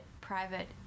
private